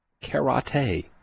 Karate